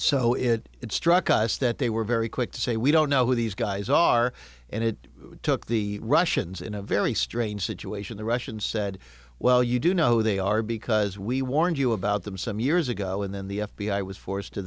so it struck us that they were very quick to say we don't know who these guys are and it took the russians in a very strange situation the russians said well you do know they are because we warned you about from some years ago and then the f b i was forced to